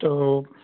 तो